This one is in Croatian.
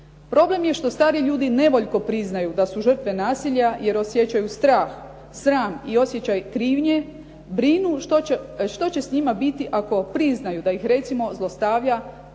Problem je što stariji ljudi nevoljko priznaju da su žrtve nasilja jer osjećaju strah, sram i osjećaj krivnje, brinu što će s njima biti ako priznaju da ih recimo zlostavlja ili